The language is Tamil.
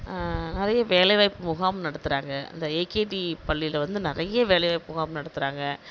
அதே வேலை வாய்ப்பு முகாம் நடத்துறாங்க அந்த ஏகேடி பள்ளியில் வந்து நிறைய வேலைவாய்ப்பு முகாம் நடத்துறாங்க